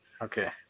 Okay